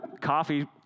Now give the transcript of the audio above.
Coffee